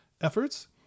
efforts